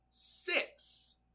six